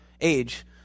age